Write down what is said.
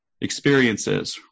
experiences